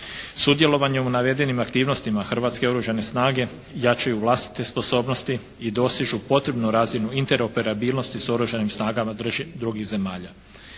Sudjelovanjem u navedenim aktivnostima Hrvatske oružane snage jačaju vlastite sposobnosti i dosižu potrebnu razinu interoperabilnosti s Oružanim snagama drugih zemalja.